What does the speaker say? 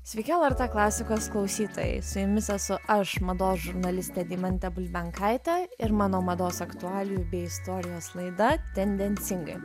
sveiki lrt klasikos klausytojai su jumis esu aš mados žurnalistė deimantė bulbenkaitė ir mano mados aktualijų bei istorijos laida tendencingai